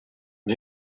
and